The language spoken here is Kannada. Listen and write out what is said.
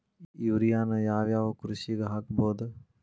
ಯೂರಿಯಾನ ಯಾವ್ ಯಾವ್ ಕೃಷಿಗ ಹಾಕ್ಬೋದ?